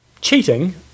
cheating